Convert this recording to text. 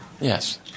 Yes